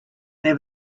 have